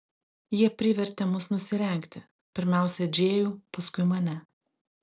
jie privertė mus nusirengti pirmiausia džėjų paskui mane